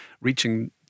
reaching